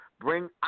Bring